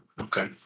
Okay